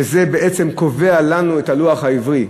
שזה בעצם קובע לנו את הלוח העברי,